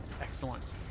Excellent